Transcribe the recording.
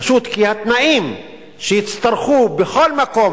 פשוט כי התנאים שיצטרכו לתת בכל מקום,